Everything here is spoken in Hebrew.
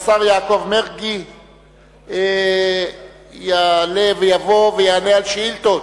בעד, אין מתנגדים ואין נמנעים.